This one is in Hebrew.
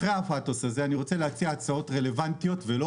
אחרי הפאתוס הזה אני רוצה להציע הצעות רלוונטיות ולא